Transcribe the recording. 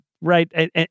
Right